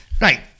Right